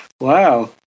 Wow